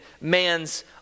man's